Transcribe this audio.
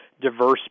diverse